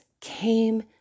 came